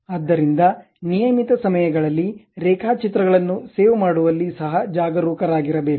ಆದ್ದರಿಂದ ನಿಯಮಿತ ಸಮಯಗಳಲ್ಲಿ ರೇಖಾಚಿತ್ರಗಳನ್ನು ಸೇವ್ ಮಾಡುವಲ್ಲಿ ಸಹ ಜಾಗರೂಕರಾಗಿರಬೇಕು